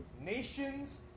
nations